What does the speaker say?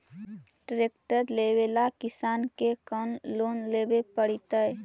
Tractor लेवेला किसान के कौन लोन लेवे पड़तई?